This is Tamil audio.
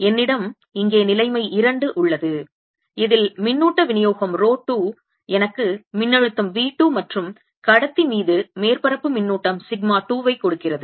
என்னிடம் இங்கே நிலைமை 2 உள்ளது இதில் மின்னூட்ட விநியோகம் ரோ 2 எனக்கு மின்னழுத்தம் V 2 மற்றும் கடத்தி மீது மேற்பரப்பு மின்னூட்டம் சிக்மா 2 வை கொடுக்கிறது